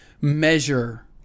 measure